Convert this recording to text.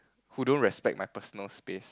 who don't respect my personal space